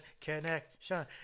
connection